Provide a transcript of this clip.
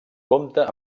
compta